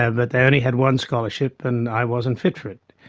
and but they only had one scholarship and i wasn't fit for it.